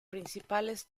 principales